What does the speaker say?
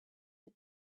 the